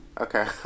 okay